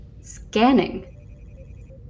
Scanning